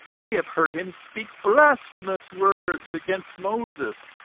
we have heard him speak blasphemous words against moses,